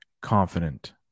confident